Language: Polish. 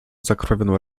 zakrwawioną